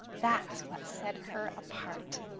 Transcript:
that's what set her apart.